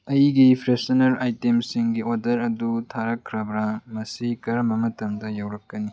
ꯑꯩꯒꯤ ꯐ꯭ꯔꯦꯁꯅꯔ ꯑꯥꯏꯇꯦꯝꯁꯤꯡꯒꯤ ꯑꯣꯗꯔ ꯑꯗꯨ ꯊꯥꯔꯛꯈ꯭ꯔꯕ꯭ꯔꯥ ꯃꯁꯤ ꯀꯔꯝꯕ ꯃꯇꯝꯗ ꯌꯧꯔꯛꯀꯅꯤ